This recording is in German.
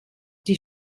die